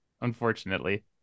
unfortunately